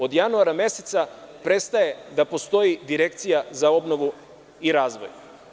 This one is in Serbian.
Od januara meseca prestaje da postoji Direkcija za obnovu i razvoj.